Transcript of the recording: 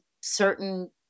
certain